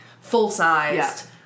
full-sized